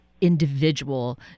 individual